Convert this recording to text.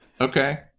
Okay